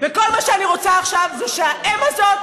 וכל מה שאני רוצה עכשיו זה שהאם הזאת